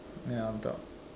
ya on top